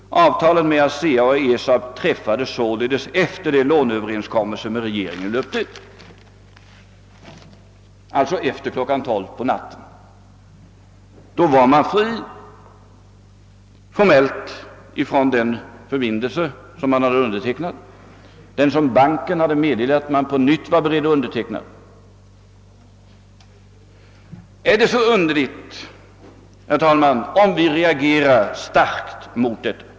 Avtalet med ASEA och ESAB träffades således efter det att låneöverenskommelsen med regeringen utlöpt, alltså efter kl. 12 på natten. Då var man formellt fri från den förbindelse som man hade undertecknat — den som banken hade meddelat att den på nytt var beredd att underteckna. Är det så underligt, herr talman, om vi reagerar starkt mot detta?